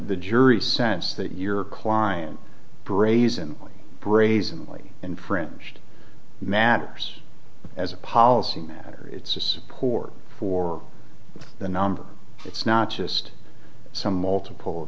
jury sense that your client brazen brazenly infringed matters as a policy matter it's poor for the number it's not just some multiple